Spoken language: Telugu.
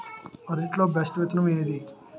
అరటి లో బెస్టు విత్తనం ఏది?